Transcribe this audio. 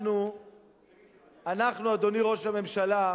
אנחנו, אנחנו, אדוני ראש הממשלה,